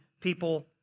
people